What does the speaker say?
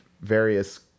various